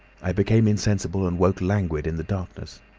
i became insensible and woke languid in the darkness.